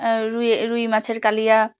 রুই রুই মাছের কালিয়া